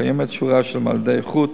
קיימת שורה של מדדי איכות,